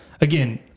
again